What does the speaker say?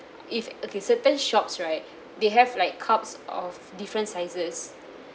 if okay certain shops right they have like cups of different sizes